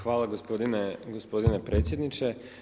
Hvala gospodine predsjedniče.